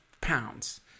pounds